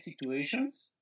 situations